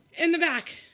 in the back.